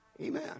Amen